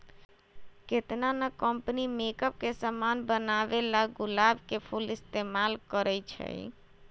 केतना न company makeup के समान बनावेला गुलाब के फूल इस्तेमाल करई छई